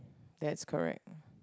that's correct